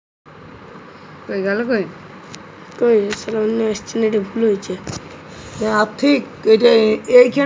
আথ্থিক সহায়তার জ্যনহে এপলাই ক্যরতে গ্যালে সরকারি দপ্তর আর ইলটারলেটে ক্যরতে হ্যয়